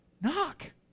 knock